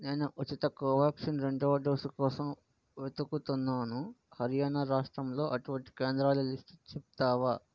నేను ఉచిత కోవాక్సిన్ రెండవ డోసు కోసం వెదుకుతున్నాను హర్యానా రాష్ట్రంలో అటువంటి కేంద్రాల లిస్టు చెప్తావా